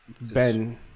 Ben